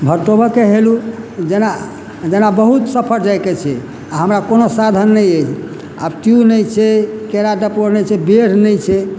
भटऽ भऽ कऽ क हेलू जेना जेना बहुत सफर जायके छै आ हमरा कोनो साधन नहि अछि आ ट्यूब नहि छै केरा डपोर नहि छै बेढ़ नहि छै